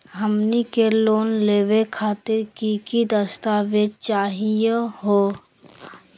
हमनी के लोन लेवे खातीर की की दस्तावेज चाहीयो हो?